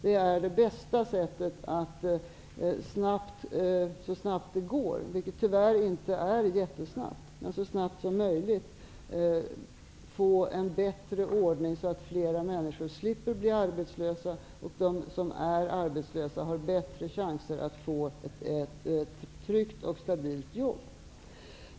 Det är det bästa sättet att så snabbt som möjligt, vilket tyvärr inte är jättesnabbt, få en bättre ordning så att fler människor slipper att bli arbetslösa och så att de som redan är arbetslösa har bättre chanser att få ett tryggt och stabilt jobb.